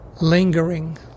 lingering